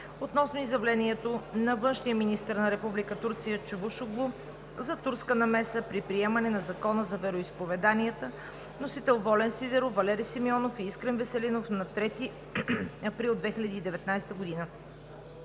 относно изявлението на външния министър на Република Турция Чавушоглу за турска намеса при приемане на Закона за вероизповеданията. Вносители са народните представители Волен Сидеров, Валери Симеонов и Искрен Веселинов на 3 април 2019 г.